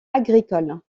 agricole